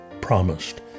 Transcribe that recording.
promised